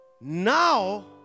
now